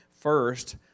First